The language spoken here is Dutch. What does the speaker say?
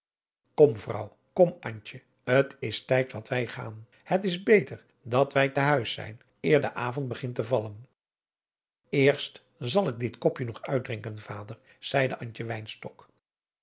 vrouw kom antje t is tijd dat wij gaan het is beter dat wij te huis zijn eer de avond begint te vallen eerst zal ik dit kopje nog uitdrinken vader zeide